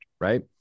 right